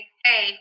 hey